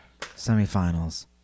semifinals